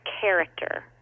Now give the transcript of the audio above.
character